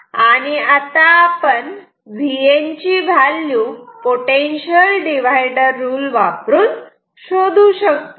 आणि आता आपण Vn ची व्हॅल्यू पोटेन्शियल डिव्हायडर रुल वापरून शोधू शकतो